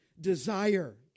desire